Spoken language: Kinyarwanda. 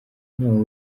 ntawe